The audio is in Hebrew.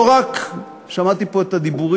לא רק, שמעתי פה את הדיבורים